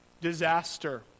disaster